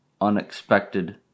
unexpected